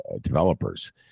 developers